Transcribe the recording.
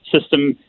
system